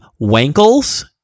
Wankles